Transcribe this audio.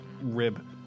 rib